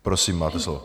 Prosím, máte slovo.